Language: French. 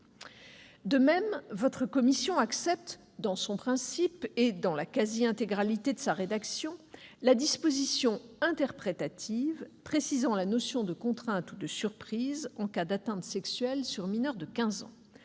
De même, votre commission accepte, dans son principe et dans la quasi-intégralité de sa rédaction, la disposition interprétative précisant la notion de contrainte ou de surprise en cas d'atteinte sexuelle sur un mineur de quinze